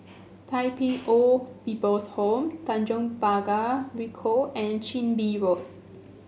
Tai Pei Old People's Home Tanjong Pagar Ricoh and Chin Bee Road